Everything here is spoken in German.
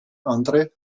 andere